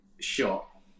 shot